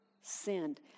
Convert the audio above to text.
sinned